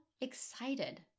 excited